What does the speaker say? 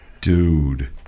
Dude